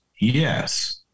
yes